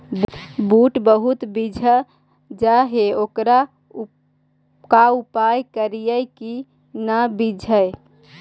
बुट बहुत बिजझ जा हे ओकर का उपाय करियै कि न बिजझे?